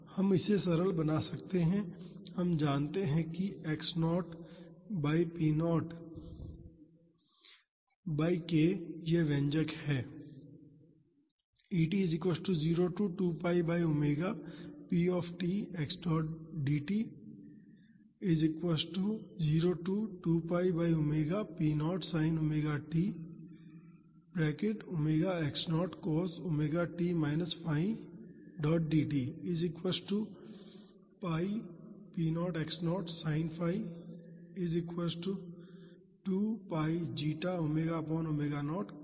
और हम इसे सरल बना सकते हैं हम जानते हैं कि x 0 by p0 by k यह व्यंजक है